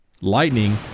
lightning